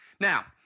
Now